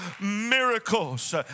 miracles